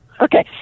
Okay